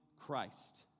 Christ